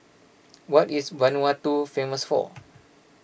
what is Vanuatu famous for